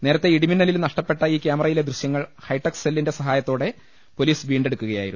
നേരത്തെ ഇടിമിന്നലിൽ നഷ്ടപ്പെട്ട ഈ കൃാമറയിലെ ദൃശ്യങ്ങൾ ഹൈടെക് സെല്ലിന്റെ സഹായത്തോടെ പൊലീസ് വീണ്ടെടുക്കു കയായിരുന്നു